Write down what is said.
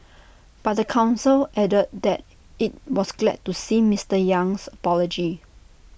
but the Council added that IT was glad to see Mister Yang's apology